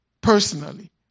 Personally